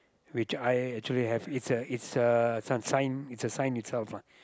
which I actually have is a is a some sign it's a sign itself lah